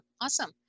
awesome